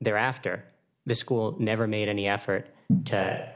there after the school never made any effort to